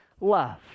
love